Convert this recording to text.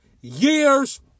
years